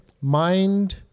Mind